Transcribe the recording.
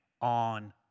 on